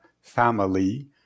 family